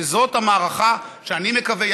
זאת המערכה שאני מקווה,